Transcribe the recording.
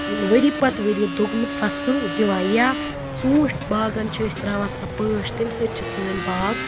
ؤری پَتہٕ ؤری دۄگنہٕ فصل دِوان یا ژوٗنٛٹھ باغَن چھِ أسۍ تراوان سۄ پٲش تمہِ سۭتۍ چھِ سٲنۍ باغ